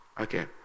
Okay